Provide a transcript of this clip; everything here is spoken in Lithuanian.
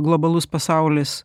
globalus pasaulis